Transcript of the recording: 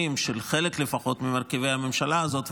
לפחות של חלק ממרכיבי הממשלה הזאת,